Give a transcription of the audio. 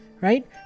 right